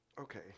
Okay